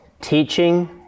teaching